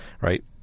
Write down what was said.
right